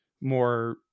more